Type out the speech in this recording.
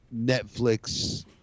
Netflix